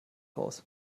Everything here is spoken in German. raus